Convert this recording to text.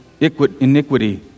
iniquity